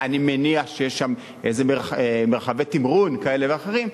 אני מניח שיש שם איזה מרחבי תמרון כאלה ואחרים,